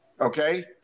okay